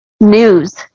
News